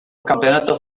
campeonatos